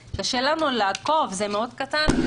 זה מאוד קטן.